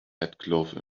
headcloth